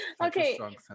okay